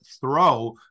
throw